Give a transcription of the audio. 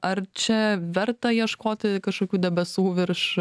ar čia verta ieškoti kažkokių debesų virš